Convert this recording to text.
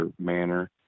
manner